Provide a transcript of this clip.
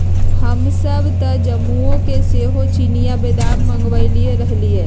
हमसभ तऽ जम्मूओ से सेहो चिनियाँ बेदाम मँगवएले रहीयइ